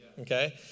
Okay